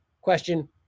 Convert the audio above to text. question